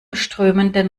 strömenden